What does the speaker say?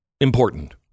important